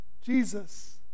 Jesus